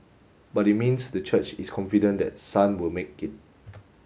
but it means the church is confident that Sun will make it